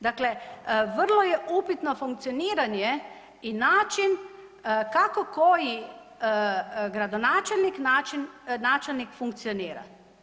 Dakle, vrlo je upitno funkcioniranje i način kako koji gradonačelnik, načelnik funkcionira.